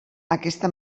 aquesta